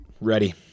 Ready